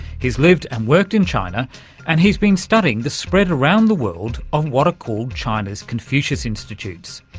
he's lived and worked in china and he's been studying the spread around the world of what are called china's confucius institutes,